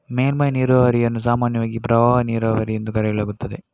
ಮೇಲ್ಮೈ ನೀರಾವರಿಯನ್ನು ಸಾಮಾನ್ಯವಾಗಿ ಪ್ರವಾಹ ನೀರಾವರಿ ಎಂದು ಕರೆಯಲಾಗುತ್ತದೆ